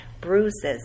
bruises